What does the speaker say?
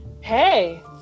hey